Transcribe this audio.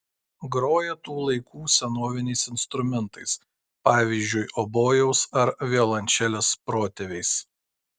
groja tų laikų senoviniais instrumentais pavyzdžiui obojaus ar violončelės protėviais